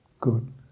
good